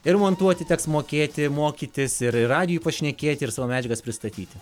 ir montuoti teks mokėti mokytis ir radijuje pašnekėti ir savo medžiagas pristatyti